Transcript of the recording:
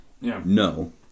no